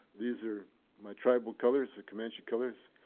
these are my tribal colors, the comanche colors.